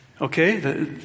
Okay